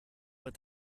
but